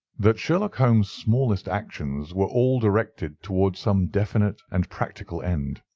that sherlock holmes' smallest actions were all directed towards some definite and practical end.